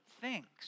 thinks